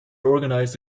organized